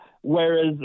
Whereas